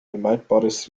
vermeidbares